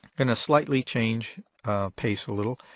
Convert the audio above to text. going to slightly change pace a little,